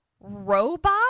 robot